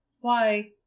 Why